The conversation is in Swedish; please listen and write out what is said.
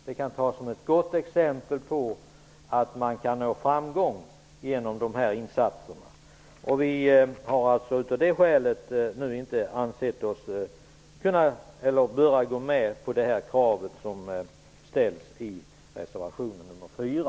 Det kan tas som ett gott exempel på att man kan nå framgång genom de här insatserna. Vi har av det skälet inte ansett att vi bör gå med på det krav som ställs i reservation nr 4.